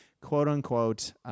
quote-unquote